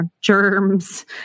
germs